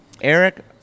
Eric